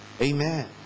Amen